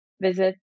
visit